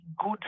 good